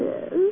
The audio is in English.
Yes